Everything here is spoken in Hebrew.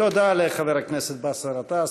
תודה לחבר הכנסת באסל גטאס.